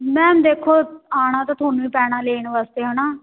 ma'am ਦੇਖੋ ਆਉਣਾ ਤਾਂ ਤੁਹਾਨੂੰ ਹੀ ਪੈਣਾ ਲੈਣ ਵਾਸਤੇ ਹੈ ਨਾ